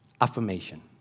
affirmation